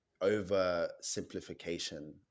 oversimplification